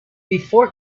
before